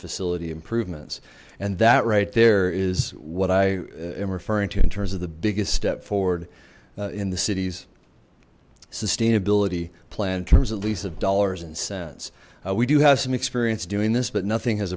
facility improvements and that right there is what i am referring to in terms of the biggest step forward in the city's sustainability plan in terms of lease of dollars and cents we do have some experience doing this but nothing has